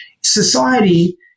society –